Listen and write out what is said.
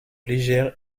légère